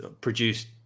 produced